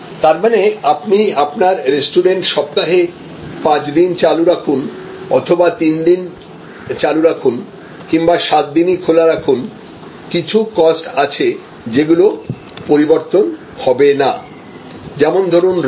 তার মানে আপনি আপনার রেস্টুরেন্ট সপ্তাহে 5 দিন চালু রাখুন অথবা তিনদিন চালু রাখুন কিংবা সাতদিনই খোলা রাখুন কিছু কস্ট আছে যেগুলো পরিবর্তন হবে না যেমন ধরুন রেন্ট